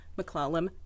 mccallum